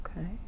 Okay